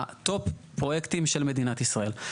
הטופ פרויקטים של מדינת ישראל.